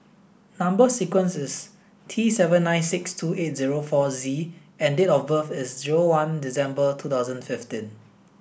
number sequence is T seven nine six two eight zero four Z and date of birth is zero one December two thousand fifiteen